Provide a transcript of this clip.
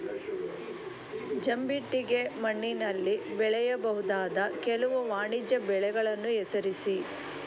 ಜಂಬಿಟ್ಟಿಗೆ ಮಣ್ಣಿನಲ್ಲಿ ಬೆಳೆಯಬಹುದಾದ ಕೆಲವು ವಾಣಿಜ್ಯ ಬೆಳೆಗಳನ್ನು ಹೆಸರಿಸಿ?